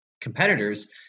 competitors